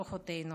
בכוחותינו.